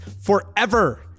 forever